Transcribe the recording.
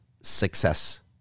success